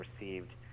received